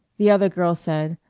the other girl said,